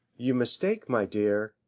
you mistake, my dear.